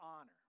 honor